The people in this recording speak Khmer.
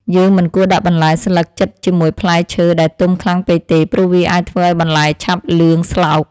យើងមិនគួរដាក់បន្លែស្លឹកជិតជាមួយផ្លែឈើដែលទុំខ្លាំងពេកទេ ព្រោះវាអាចធ្វើឱ្យបន្លែឆាប់លឿងស្លោក។